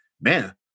man